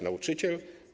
Nauczyciel?